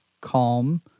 calm